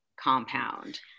compound